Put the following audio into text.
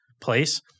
place